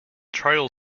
trial